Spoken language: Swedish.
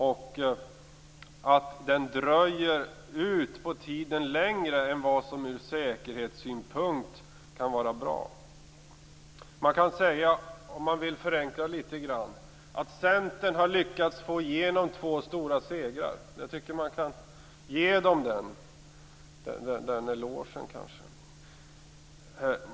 Den kan dra längre ut på tiden än vad som kan vara bra ur säkerhetssynpunkt. Om man vill förenkla det litet grand kan man säga att Centern har lyckats få igenom två stora segrar. Jag tycker att man kan ge dem en eloge för det.